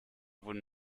wurden